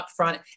upfront